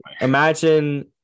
imagine